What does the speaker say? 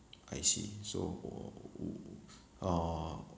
I see so uh